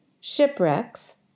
shipwrecks